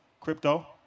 crypto